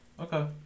Okay